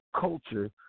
culture